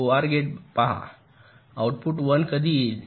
OR gate पहा output १ कधी येईल